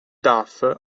daf